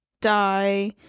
die